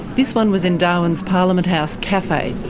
this one was in darwin's parliament house cafe.